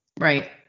right